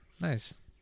nice